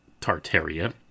Tartaria